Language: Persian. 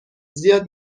زیاد